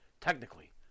technically